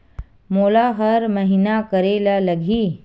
मोला हर महीना करे ल लगही?